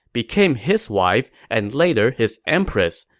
became his wife and later his empress.